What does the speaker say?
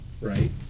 right